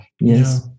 Yes